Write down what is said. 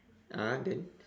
ah then